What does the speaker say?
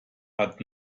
hat